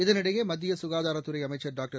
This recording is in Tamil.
இதனிடையே மத்திய ககாதாரத்துறை அமைச்சர் டாக்டர்